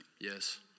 Yes